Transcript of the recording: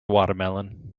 watermelon